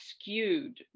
skewed